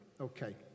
Okay